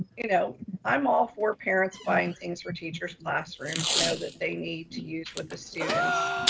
you know i'm all for parents buying things for teachers classrooms, you know that they need to use with the students.